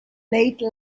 late